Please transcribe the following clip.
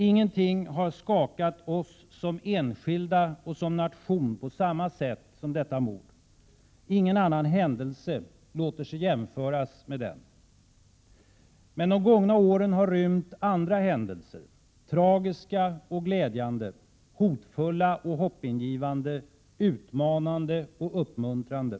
Ingenting har skakat oss som enskilda och som nation på samma sätt som detta mord. Ingen annan händelse låter sig jämföras med den. Men de gångna åren har rymt andra händelser, tragiska och glädjande, hotfulla och hoppingivande, utmanande och uppmuntrande.